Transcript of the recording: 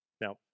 Now